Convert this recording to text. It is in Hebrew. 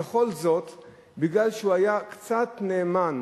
וכל זאת כי הוא היה קצת נאמן